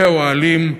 באוהלים,